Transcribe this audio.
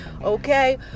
Okay